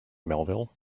melville